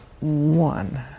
one